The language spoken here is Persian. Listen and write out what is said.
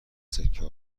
سکه